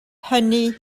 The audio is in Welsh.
hynny